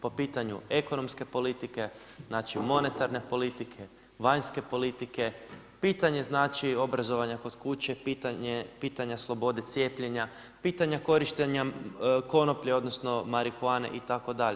Po pitanju ekonomske politike, znači monetarne politike, vanjske politike, pitanje znači obrazovanja kod kuće, pitanja slobode cijepljenja, pitanja korištenja konoplje, odnosno, marihuane itd.